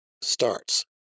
starts